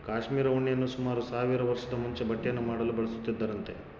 cashmere ಉಣ್ಣೆಯನ್ನು ಸುಮಾರು ಸಾವಿರ ವರ್ಷದ ಮುಂಚೆ ಬಟ್ಟೆಯನ್ನು ಮಾಡಲು ಬಳಸುತ್ತಿದ್ದರಂತೆ